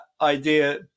idea